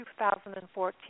2014